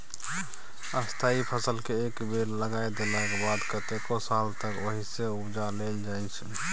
स्थायी फसलकेँ एक बेर लगा देलाक बाद कतेको साल तक ओहिसँ उपजा लेल जाइ छै